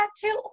tattoo